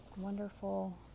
wonderful